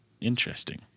Interesting